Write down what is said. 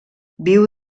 viu